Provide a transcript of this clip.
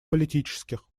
политических